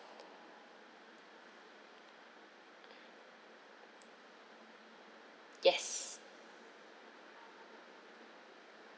yes